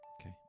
Okay